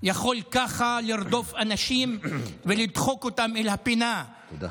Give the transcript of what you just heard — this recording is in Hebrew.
יכול ככה לרדוף אנשים ולדחוק אותם אל הפינה, תודה.